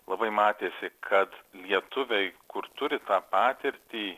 labai matėsi kad lietuviai kur turi tą patirtį